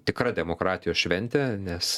tikra demokratijos šventė nes